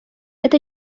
это